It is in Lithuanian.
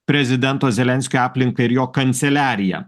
prezidento zelenskio aplinka ir jo kanceliarija